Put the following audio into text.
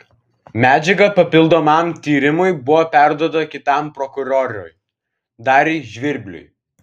medžiaga papildomam tyrimui buvo perduota kitam prokurorui dariui žvirbliui